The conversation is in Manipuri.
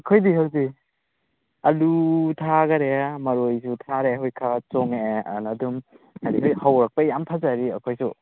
ꯑꯩꯈꯣꯏꯗꯤ ꯍꯧꯖꯤꯛ ꯑꯂꯨ ꯊꯥꯈꯔꯦ ꯃꯔꯣꯏꯁꯨ ꯊꯥꯔꯦ ꯍꯧꯖꯤꯛ ꯈꯔ ꯆꯣꯡꯉꯛꯑꯦ ꯑꯗꯨꯅ ꯑꯗꯨꯝ ꯍꯧꯖꯤꯛ ꯍꯧꯔꯛꯄꯩ ꯌꯥꯝ ꯐꯖꯔꯤ ꯑꯩꯈꯣꯏꯁꯨ